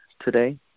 today